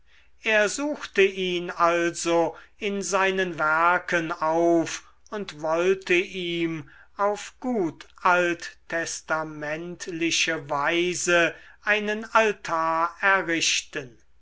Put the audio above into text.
er suchte ihn also in seinen werken auf und wollte ihm auf gut alttestamentliche weise einen altar errichten